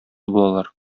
булалар